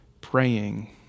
praying